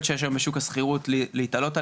שיש היום בשוק השכירות להתעלות עליהן,